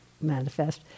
manifest